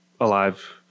alive